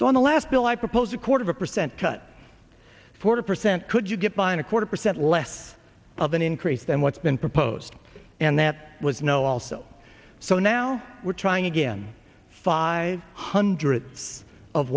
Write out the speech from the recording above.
the last bill i proposed a quarter of a percent cut four percent could you get by a quarter percent less of an increase than what's been proposed and that was no also so now we're trying again five hundredth of